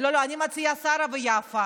לא, לא, אני מציעה שרה ויפה,